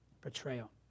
portrayal